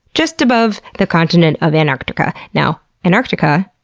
just above the continent of antarctica. now, antarctica,